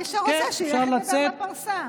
מי שרוצה, שילך לדבר בפרסה.